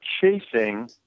chasing